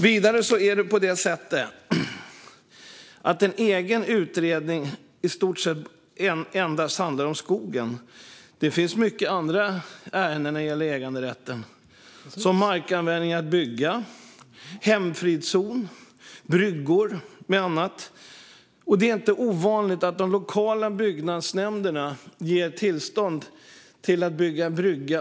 Vidare är det på det sättet att en utredning i stort sett endast handlar om skogen. Det finns många andra ärenden när det gäller äganderätten. Det handlar om markanvändning, hemfridszon och bygge av bryggor bland annat. Det är inte ovanligt att de lokala byggnadsnämnderna ger dem som bor på en ö tillstånd till att bygga brygga.